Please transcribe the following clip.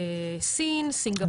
סין, סינגפור.